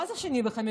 מה זה שני וחמישי?